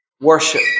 worship